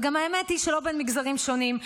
וגם האמת היא שלא בין מגזרים שונים,